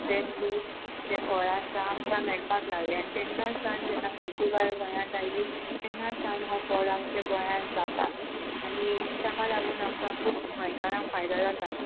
तें फ्रूट जें फळ आसा आमकां मेळपाक लागलें आनी तेन्ना सावन जेन्ना पुर्तुगाल गोंयांत आयली तेन्ना सावन हो फळ आमच्या गोंयांत जाता आनी ताका लागून आमकां खूब गोंयकारांक फायदो जाता